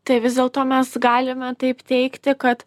tai vis dėlto mes galime taip teigti kad